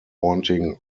wanting